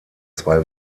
zwei